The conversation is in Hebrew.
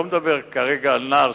לא מדבר כרגע על נער,